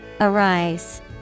Arise